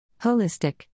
Holistic